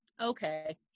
okay